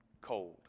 cold